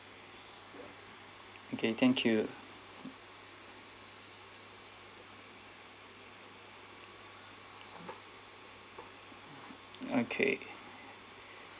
okay thank you okay